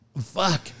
Fuck